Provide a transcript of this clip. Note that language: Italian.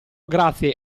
grazie